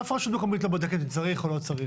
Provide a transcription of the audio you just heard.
אף רשות מקומית לא בודקת אם צריך או לא צריך.